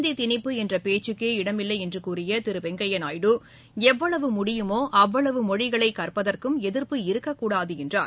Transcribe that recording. இந்தி திணிப்பு என்ற பேச்சுக்கே இடமில்லை என்று கூறிய திரு வெங்கையா நாயுடு எவ்வளவு முடியுமோ அவ்வளவு மொழிகளை கற்பதற்கும் எதிர்ப்பு இருக்கக்கூடாது என்றார்